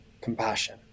compassion